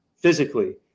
physically